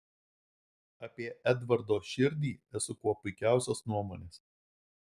apie edvardo širdį esu kuo puikiausios nuomonės